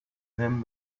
him